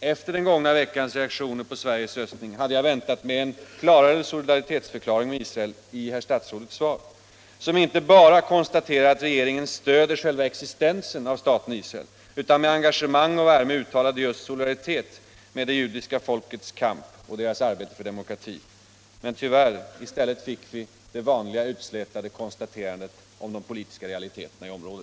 Efter den gångna veckans reaktioner på Sveriges röstning hade jag väntat mig en klarare solidaritetsförklaring för Israel i herr statsrådets svar, en förklaring där man inte bara konstaterade att regeringen stöder själva existensen av staten Israel utan med engagemang och värme uttalade just solidaritet med det judiska folkets kamp och dess arbete för demokrati. Men tyvärr fick vi i stället det vanliga, utslätade konstaterandet om de politiska realiteterna i området.